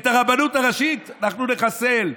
את הרבנות הראשית אנחנו נחסל,